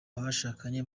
abashakanye